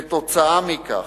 כתוצאה מכך,